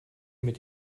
mit